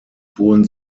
polen